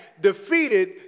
defeated